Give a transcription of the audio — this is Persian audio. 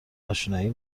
اشنایی